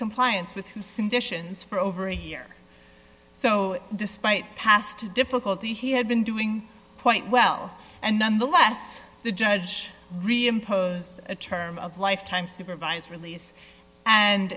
compliance with its conditions for over a year so despite past difficulty he had been doing quite well and nonetheless the judge reimposed a term of life time supervised release and